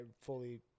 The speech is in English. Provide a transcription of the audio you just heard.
fully